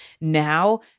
now